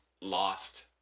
lost